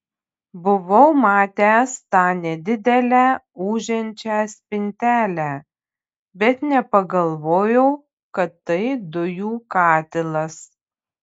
buvau matęs tą nedidelę ūžiančią spintelę bet nepagalvojau kad tai dujų katilas